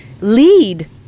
lead